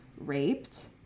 raped